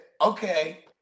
okay